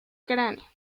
cráneo